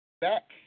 Back